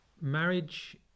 marriage